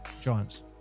Giants